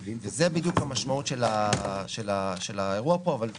זו בדיוק המשמעות של האירוע פה, אבל בבקשה.